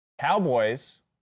Cowboys